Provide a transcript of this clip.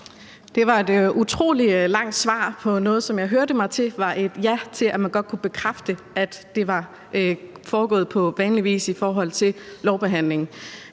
Det var et utrolig langt svar på noget, som jeg hørte mig til det var et ja til, at man godt kunne bekræfte, at det var foregået på vanlig vis i forhold til lovbehandlingen.